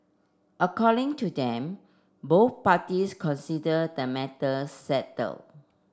according to them both parties consider the matter settled